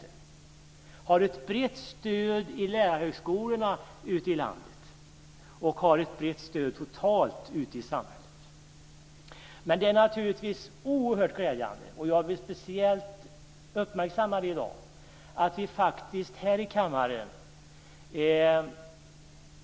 Det har ett brett stöd i lärarhögskolorna ute i landet och har ett brett stöd totalt ute i samhället. Men det är naturligtvis oerhört glädjande, och jag vill speciellt uppmärksamma det i dag, att vi faktiskt här i kammaren